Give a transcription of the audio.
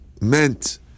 meant